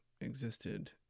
existed